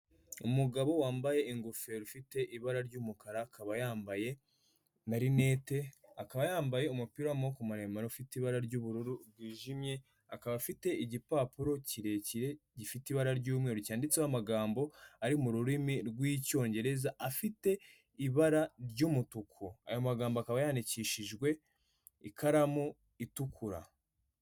Umugabo wambaye ingofero ifite ibara ry'umukara akaba yambaye amarinete, akaba yambaye umupira w'amaboko maremare ufite ibara ry'ubururu bwijimye, akaba afite igipapuro kirekire gifite ibara ry'umweru cyanditseho amagambo ari mu rurimi rw'icyongereza afite ibara ry'umutuku. Ayo magambo akaba yandikishijwe ikaramu itukura.